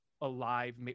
alive